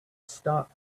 start